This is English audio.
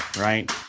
right